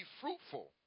fruitful